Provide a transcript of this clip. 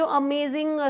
amazing